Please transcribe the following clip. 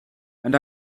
and